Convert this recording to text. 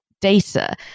data